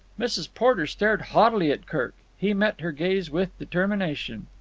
mrs. porter stared haughtily at kirk. he met her gaze with determination.